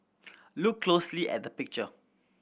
look closely at the picture